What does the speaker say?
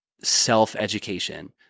self-education